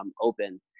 open